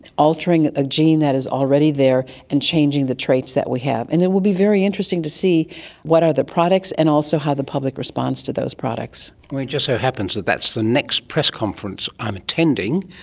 altering a gene that is already there and changing the traits that we have. and it will be very interesting to see what are the products and also how the public responds to those products. it just so happens that that's the next press conference i'm attending,